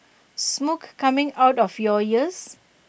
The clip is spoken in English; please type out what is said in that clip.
smoke coming out of your ears